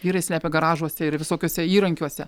vyrai slepia garažuose ir visokiuose įrankiuose